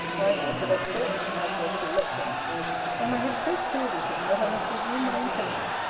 i mounted up stairs, after a little lecture and my head is so filled with him, that i must resume my intention,